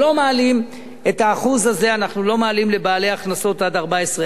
את ה-1% הזה אנחנו לא מעלים לבעלי הכנסות עד 14,000,